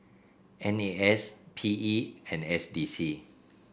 N A S P E and S D C